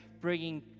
bringing